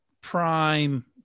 prime